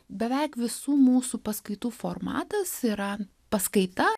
beveik visų mūsų paskaitų formatas yra paskaita